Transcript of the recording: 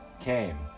came